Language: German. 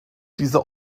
diese